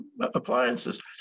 appliances